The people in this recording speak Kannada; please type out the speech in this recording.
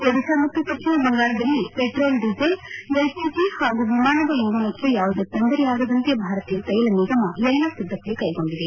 ಒಡಿಶಾ ಮತ್ತು ಪಶ್ಚಿಮ ಬಂಗಾಳದಲ್ಲಿ ಪೆಟ್ರೋಲ್ ಡೀಸೆಲ್ ಎಲ್ಪಿಜಿ ಹಾಗೂ ವಿಮಾನದ ಇಂಧನಕ್ಕೆ ಯಾವುದೇ ತೊಂದರೆಯಾಗದಂತೆ ಭಾರತೀಯ ತೈಲ ನಿಗಮ ಎಲ್ಲ ಸಿದ್ಧತೆ ಕೈಗೊಂಡಿದೆ